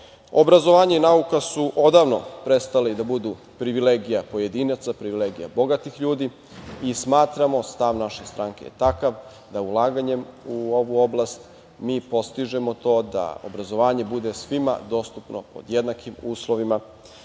Obrazovanje i nauka su odavno prestale i da budu privilegija pojedinaca, privilegija bogatih ljudi i smatramo, stav naše stranke je takav, da ulaganjem u ovu oblast mi postižemo to da obrazovanje bude svima dostupno pod jednakim uslovima